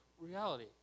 reality